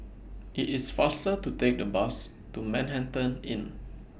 IT IS faster to Take The Bus to Manhattan Inn